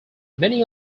many